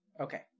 okay